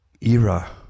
era